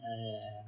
ya ya ya